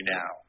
now